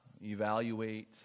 evaluate